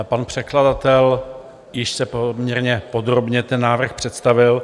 Pan předkladatel již poměrně podrobně ten návrh představil.